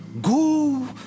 go